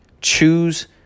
choose